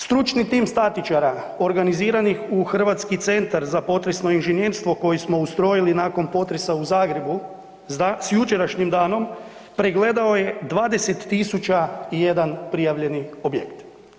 Stručni tim statičara organiziranih u Hrvatski centar za potresno inženjerstvo koji smo ustrojili nakon potresa u Zagrebu s jučerašnjim danom pregledao je 20.001 prijavljeni objekt.